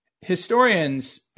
historians